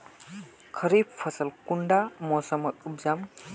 खरीफ फसल कुंडा मोसमोत उपजाम?